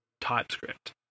typescript